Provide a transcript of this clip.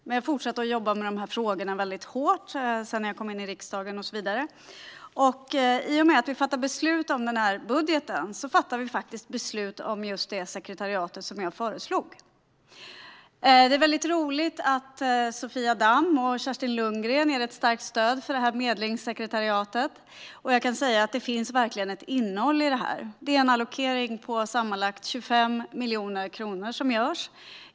Men jag fortsatte att jobba mycket hårt med dessa frågor när jag kom in i riksdagen och så vidare. I och med att vi fattar beslut om denna budget fattar vi faktiskt beslut om just det sekretariat som jag föreslog. Det är mycket roligt att Sofia Damm och Kerstin Lundgren ger ett starkt stöd för detta medlingssekretariat. Jag kan säga att det verkligen finns ett innehåll i detta. Det är en allokering på sammanlagt 25 miljoner kronor som görs.